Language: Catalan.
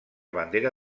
bandera